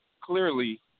clearly